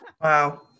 Wow